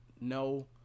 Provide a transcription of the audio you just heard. no